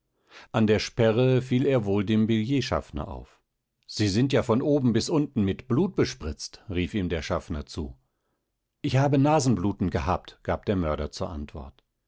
an der sperre fiel er wohl dem billettschaffner auf sie sind ja von oben bis unten mit blut bespritzt rief ihm der schaffner zu ich habe nasenbluten gehabt gab der mörder zur antwort